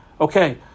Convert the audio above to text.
Okay